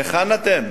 היכן אתם?